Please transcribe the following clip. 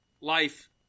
life